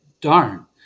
darn